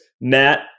Matt